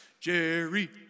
Jerry